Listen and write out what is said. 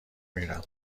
میرم